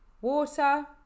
water